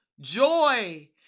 Joy